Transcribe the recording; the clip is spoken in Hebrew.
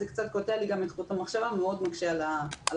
זה קצת קוטע לי את חוט המחשבה ומקשה על ההצגה